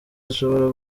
zishobora